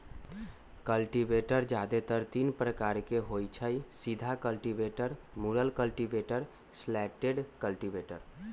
cultivator जादेतर तीने प्रकार के होई छई, सीधा कल्टिवेटर, मुरल कल्टिवेटर, स्लैटेड कल्टिवेटर